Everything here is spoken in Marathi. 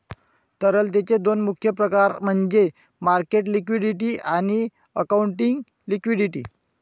तरलतेचे दोन मुख्य प्रकार म्हणजे मार्केट लिक्विडिटी आणि अकाउंटिंग लिक्विडिटी